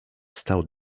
stał